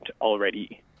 already